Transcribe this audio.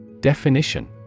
Definition